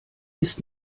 ist